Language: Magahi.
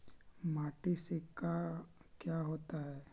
माटी से का क्या होता है?